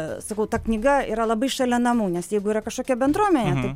ir sakau ta knyga yra labai šalia namų nes jeigu yra kažkokia bendruomenė tai